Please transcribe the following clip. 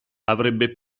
avrebbe